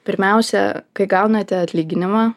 pirmiausia kai gaunate atlyginimą